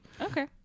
Okay